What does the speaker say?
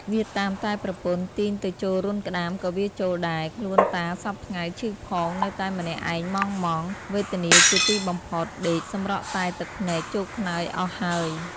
វាតាមតែប្រពន្ធទាញទៅចូលរន្ធក្តាមក៏វាចូលដែរ ខ្លួនតាសព្វថ្ងៃឈឺផងនៅតែម្នាក់ឯងម៉ង់ៗ វេទនាជាទីបំផុតដេកសម្រក់តែទឹកភ្នែកជោកខ្នើយអស់ហើយ។